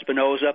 Espinoza